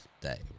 day